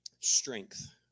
strength